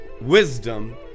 wisdom